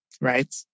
Right